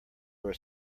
were